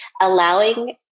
allowing